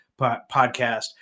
podcast